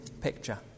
picture